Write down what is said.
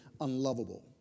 unlovable